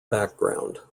background